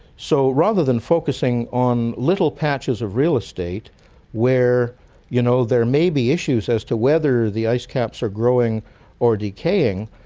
so, rather than focusing on little patches of real estate where you know there may be issues as to whether the ice caps are growing or decaying,